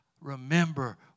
remember